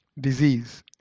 disease